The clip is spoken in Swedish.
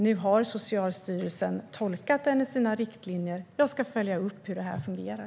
Nu har Socialstyrelsen tolkat den i sina riktlinjer, och jag ska följa upp hur detta fungerar.